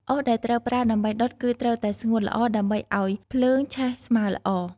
អុសដែលត្រូវប្រើដើម្បីដុតគឺត្រូវតែស្ងួតល្អ ដើម្បីឱ្យភ្លើងឆេះស្មើល្អ។